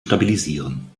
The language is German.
stabilisieren